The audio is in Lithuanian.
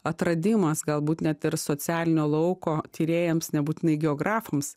atradimas galbūt net ir socialinio lauko tyrėjams nebūtinai geografams